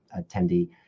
attendee